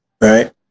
right